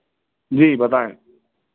जी बताएँ